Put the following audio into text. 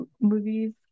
movies